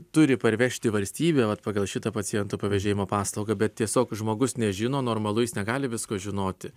turi parvežti valstybė vat pagal šitą pacientų pavežėjimo paslaugą bet tiesiog žmogus nežino normalu jis negali visko žinoti